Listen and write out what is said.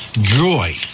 joy